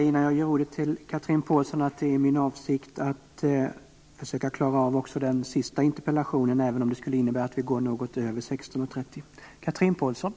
Innan jag ger ordet till Chatrine Pålsson vill jag säga att det är min avsikt att hinna med även den sista interpellationen, även om det skulle innebära att vi debatterar efter kl. 16.30.